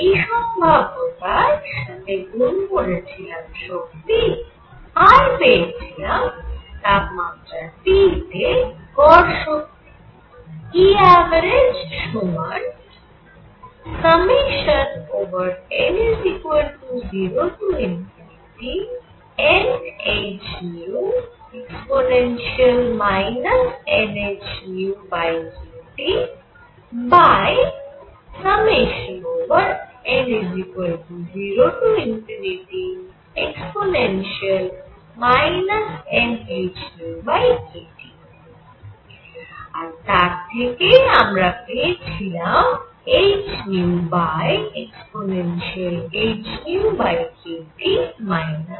এই সম্ভাব্যতার সাথে গুন করেছিলাম শক্তি আর পেয়েছিলাম তাপমাত্রা T তে গড় শক্তি E অ্যাভারেজ সমান n0nhνe nhνkTn0e nhνkT আর তার থেকেই আমরা পেয়েছিলাম hehνkT 1